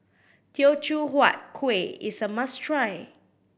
Teochew Huat Kuih is a must try